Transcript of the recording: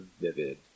vivid